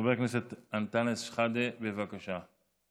חבר הכנסת אנטאנס שחאדה, בבקשה.